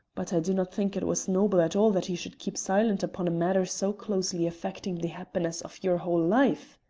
but i do not think it was noble at all that he should keep silent upon a matter so closely affecting the happiness of your whole life.